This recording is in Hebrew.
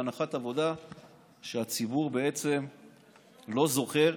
בהנחת עבודה שהציבור בעצם לא זוכר,